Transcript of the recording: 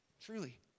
Truly